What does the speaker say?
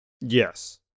Yes